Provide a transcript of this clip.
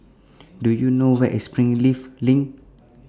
Do YOU know Where IS Springleaf LINK